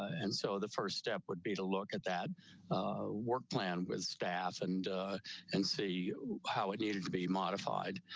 and so the first step would be to look at that work plan with staff and and see how it needs to be modified.